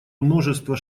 множества